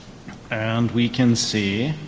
and we can see,